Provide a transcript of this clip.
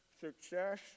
success